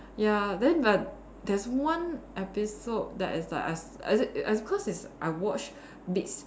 ya then but there's one episode that is like I s~ is it it's cause is I watch bits